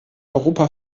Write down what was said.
europa